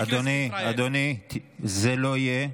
אדוני, אדוני, זה לא יהיה.